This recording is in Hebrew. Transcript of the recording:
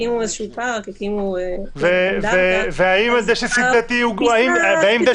הקימו פארק --- האם דשא סינתטי הוא דשא?